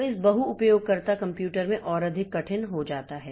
तो इस बहु उपयोगकर्ता कंप्यूटर में और अधिक कठिन हो जाता है